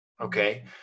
Okay